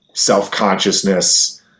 Self-consciousness